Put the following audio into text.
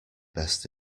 best